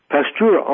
Pasteur